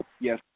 Yes